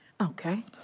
Okay